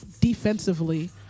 defensively